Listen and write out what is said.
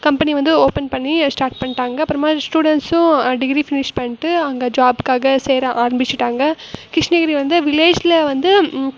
company வந்து open பண்ணி start பண்ணிட்டாங்க அப்புறமா ஸ்டூடண்ஸும் டிகிரி ஃபினிஷ் பண்ணிட்டு அங்கே ஜாபுக்காக சேர ஆரம்பிச்சுட்டாங்க கிருஷ்ணகிரி வந்து வில்லேஜில் வந்து